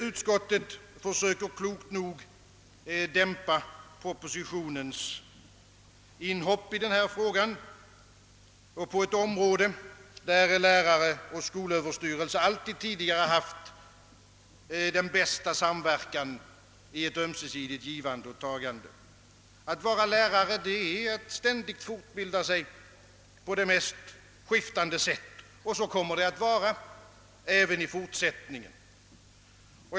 Utskottet försöker klokt nog dämpa propositionens inhopp på detta område, där lärare och skolöverstyrelse alltid tidigare haft den bästa samverkan i ett ömsesidigt givande och tagande. Att vara lärare är att ständigt fortbilda sig på det mest skiftande sätt. Och så kommer det att vara även i fortsättningen.